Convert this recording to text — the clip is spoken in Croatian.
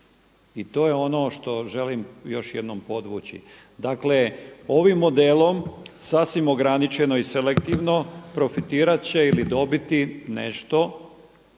I to je ono što želim još jednom podvući. Dakle, ovim modelom sasvim ograničeno i selektivno profitirati će ili dobiti nešto